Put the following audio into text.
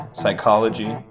psychology